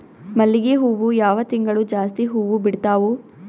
ಮಲ್ಲಿಗಿ ಹೂವು ಯಾವ ತಿಂಗಳು ಜಾಸ್ತಿ ಹೂವು ಬಿಡ್ತಾವು?